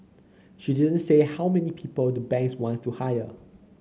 she didn't say how many people the banks wants to hire